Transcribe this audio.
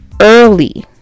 early